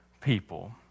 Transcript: people